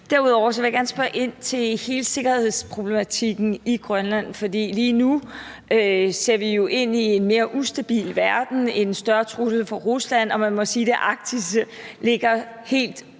Derudover vil jeg gerne spørge ind til hele sikkerhedsproblematikken i Grønland, for lige nu ser vi jo ind i en mere ustabil verden med en større trussel fra Rusland, og man må sige, at det arktiske helt